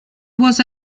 was